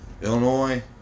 Illinois-